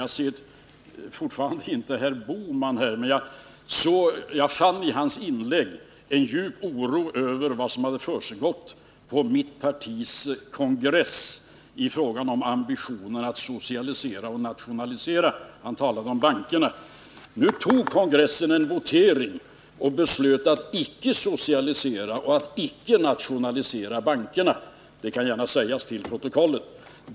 Jag ser fortfarande inte herr Bohman här, men jag fann i hans inlägg en djup oro över vad som hade försiggått på mitt partis kongress i frågan om ambitionen att socialisera och nationalisera. Han talade om bankerna. Nu beslöt kongressen i en votering att inte socialisera och att inte nationalisera bankerna. Det kan gärna sägas till protokollet.